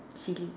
silly